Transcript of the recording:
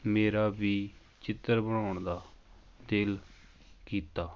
ਮੇਰਾ ਵੀ ਚਿੱਤਰ ਬਣਾਉਣ ਦਾ ਦਿਲ ਕੀਤਾ